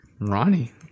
Ronnie